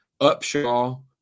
Upshaw